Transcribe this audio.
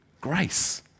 Grace